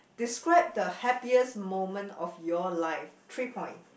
describe the happiest moment of your life three point